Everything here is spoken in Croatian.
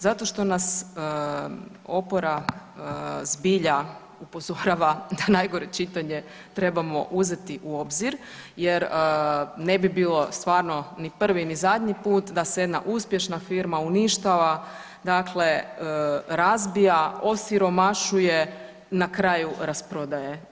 Zato što nas opora zbilja upozorava da najgore čitanje trebamo uzeti u obzir jer ne bi bilo stvarno ni prvi, ni zadnji put da se jedna uspješna firma uništava, dakle razbija, osiromašuje na kraju rasprodaje.